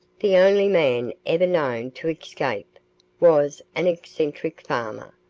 the only man ever known to escape was an eccentric farmer,